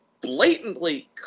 blatantly